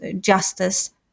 justice